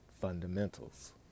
fundamentals